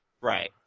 Right